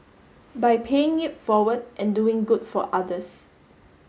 by paying it forward and doing good for others